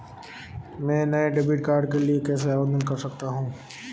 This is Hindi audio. मैं नए डेबिट कार्ड के लिए कैसे आवेदन कर सकता हूँ?